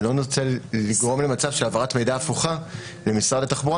לא נרצה לגרום למצב שהעברת מידע הפוכה למשרד התחבורה